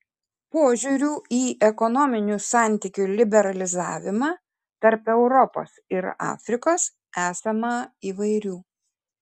požiūrių į ekonominių santykių liberalizavimą tarp europos ir afrikos esama įvairių